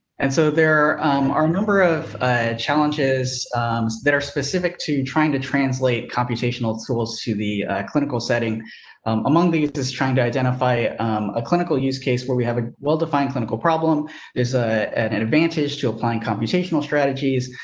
and so there are a number of challenges that are specific to trying to translate computational tools to the clinical setting among these is trying to identify a clinical use case where we have a well defined clinical problem is a advantage to applying computational strategies.